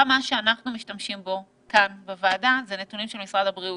גם מה שאנחנו משתמשים פה בוועדה זה נתונים של משרד הבריאות,